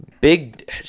big